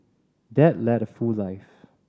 dad led a full life